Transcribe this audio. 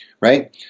right